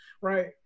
right